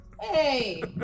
Hey